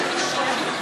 תודה.